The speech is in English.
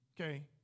Okay